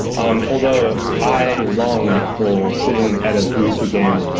um although i long for sitting at a booth again,